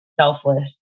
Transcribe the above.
selfless